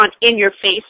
in-your-face